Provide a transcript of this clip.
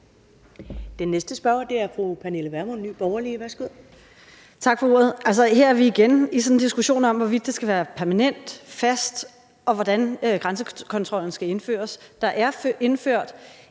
Den næste spørger er fru Pernille Vermund, Nye Borgerlige. Værsgo. Kl. 14:40 Pernille Vermund (NB): Tak for ordet. Her er vi igen i sådan en diskussion om, hvorvidt det skal være permanent, fast, og hvordan grænsekontrollen skal indføres. Der er indført